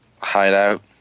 hideout